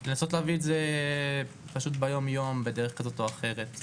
אלא לנסות להביא את זה יום יום בדרך כזו או אחרת.